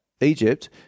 Egypt